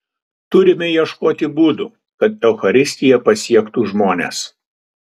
turime ieškoti būdų kad eucharistija pasiektų žmones